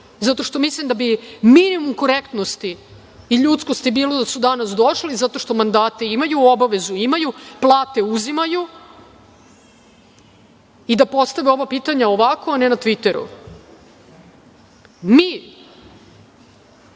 zato što mislim da bi bilo minimum korektnosti i ljudskosti da su danas došli, zato što mandate imaju, obavezu imaju, plate uzimaju, i da postave ovo pitanje ovako, a ne na Tviteru. Mi